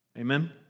Amen